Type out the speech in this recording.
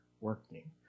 working